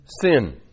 sin